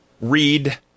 read